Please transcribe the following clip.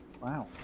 Wow